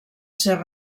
ser